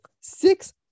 six